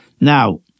Now